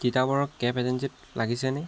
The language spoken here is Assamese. তিতাবৰৰ কেব এজেঞ্চিত লাগিছেনে